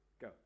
Go